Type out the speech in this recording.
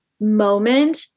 moment